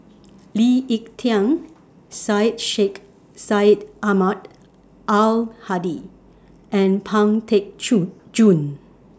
Lee Ek Tieng Syed Sheikh Syed Ahmad Al Hadi and Pang Teck Chew Joon